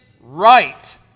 right